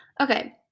okay